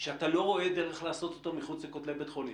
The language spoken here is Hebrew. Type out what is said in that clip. שאתה לא רואה דרך לעשות אותו מחוץ לכותלי בית החולים.